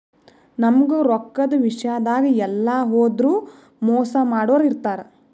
ನಮ್ಗ್ ರೊಕ್ಕದ್ ವಿಷ್ಯಾದಾಗ್ ಎಲ್ಲ್ ಹೋದ್ರು ಮೋಸ್ ಮಾಡೋರ್ ಇರ್ತಾರ